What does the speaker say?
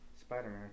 spider-man